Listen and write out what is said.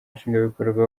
nshingwabikorwa